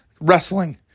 wrestling